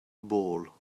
ball